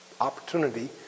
opportunity